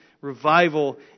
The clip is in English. revival